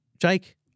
Jake